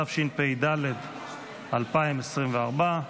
התשפ"ד 2024,